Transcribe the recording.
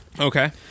Okay